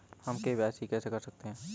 हम के.वाई.सी कैसे कर सकते हैं?